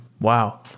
Wow